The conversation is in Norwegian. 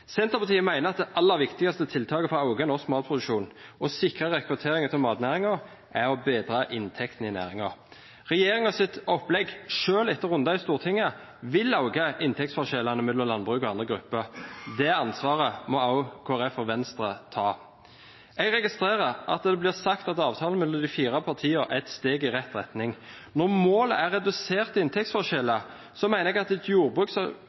Senterpartiet mener at det aller viktigste tiltaket for å øke norsk matproduksjon og sikre rekrutteringen til matnæringen, er å bedre inntektene i næringen. Regjeringens opplegg – selv etter runder i Stortinget – vil øke inntektsforskjellene mellom landbruket og andre grupper. Det ansvaret må også Kristelig Folkeparti og Venstre ta. Jeg registrerer at det blir sagt at avtalen mellom de fire partiene er et steg i rett retning. Når målet er reduserte inntektsforskjeller, mener jeg at et